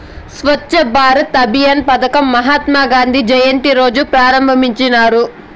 స్వచ్ఛ భారత్ అభియాన్ పదకం మహాత్మా గాంధీ జయంతి రోజా ప్రారంభించినారు